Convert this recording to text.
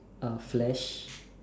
uh flash